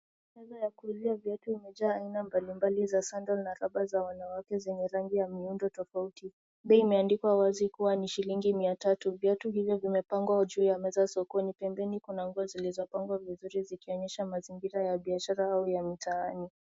Meza ya kuuzia viatu imejaa aina mbalimbali za sandal na raba za wanawake zenye rangi na miundo tofauti. Bei imaeandikwa wazi kuwa ni shillingi mia tatu. Viatu vingine vimepangwa juu ya meza sokoni. Pembeni kuna nguo zilizopangwa vizuri zikionyesha mazingira ya biashara au ya mitaani.